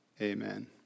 amen